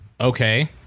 Okay